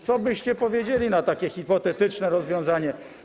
Co byście powiedzieli na takie hipotetyczne rozwiązanie?